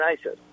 ISIS